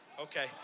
Okay